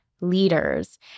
leaders